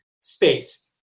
space